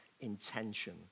intention